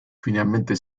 finalmente